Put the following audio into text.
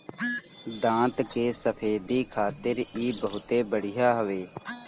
दांत के सफेदी खातिर इ बहुते बढ़िया हवे